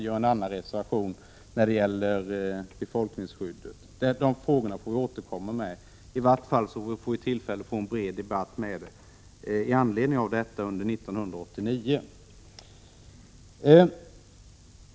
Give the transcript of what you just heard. I en annan reservation gäller det befolkningsskyddet. De frågorna får vi återkomma med. I vart fall får vi tillfälle till en bred debatt i anledning av detta under 1989.